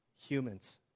Humans